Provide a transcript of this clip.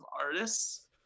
Artists